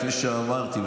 כפי שאמרתי,